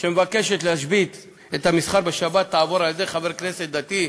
שמבקשת להשבית את המסחר בשבת תעבור על-ידי חבר כנסת דתי,